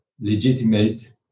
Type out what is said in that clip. legitimate